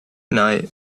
night